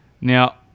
Now